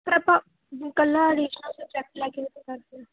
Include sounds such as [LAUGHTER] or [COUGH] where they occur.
ਫਿਰ ਆਪਾਂ ਇਕੱਲਾ ਐਡੀਸ਼ਨਲ ਸਬਜੈਕਟ ਲੈਕੇ [UNINTELLIGIBLE]